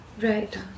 Right